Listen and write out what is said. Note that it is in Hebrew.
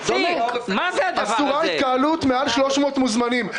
אסורה התקהלות של יותר מ-300 מוזמנים.